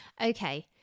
Okay